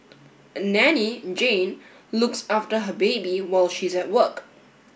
a nanny Jane looks after her baby while she's at work